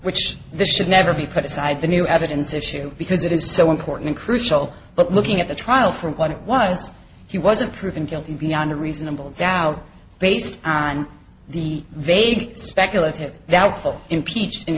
which this should never be put aside the new evidence issue because it is so important crucial but looking at the trial from what it was he wasn't proven guilty beyond a reasonable doubt based on the vague speculative doubtful impeach